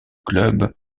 club